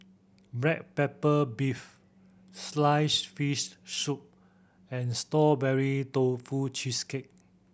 black pepper beef sliced fish soup and Strawberry Tofu Cheesecake